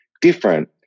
different